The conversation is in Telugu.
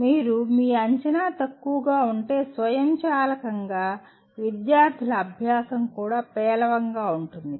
మీరు మీ అంచనా తక్కువగా ఉంటే స్వయంచాలకంగా విద్యార్థుల అభ్యాసం కూడా పేలవంగా ఉంటుంది